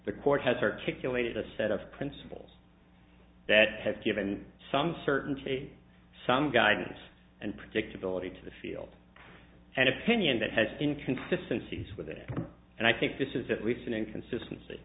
the court has articulated a set of principles that has given some certainty some guidance and predictability to the field and opinion that has been consistencies with it and i think this is at least an inconsistency